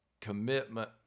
commitment